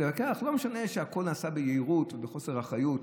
לא משנה שהכול נעשה ביהירות ובחוסר אחריות.